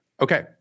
Okay